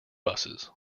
buses